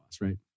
right